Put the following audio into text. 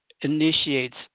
initiates